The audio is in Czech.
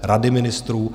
Rady ministrů?